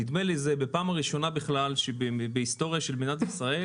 נדמה לי שזו פעם ראשונה בהיסטוריה של מדינת ישראל